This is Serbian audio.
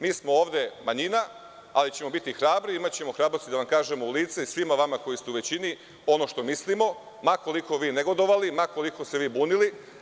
Mi smo ovde manjina, ali ćemo biti hrabri, imaćemo hrabrosti da vam kažemo u lice, svima vama koji ste u većini, ono što mislimo, ma koliko vi negodovali, ma koliko se vi bunili.